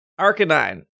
Arcanine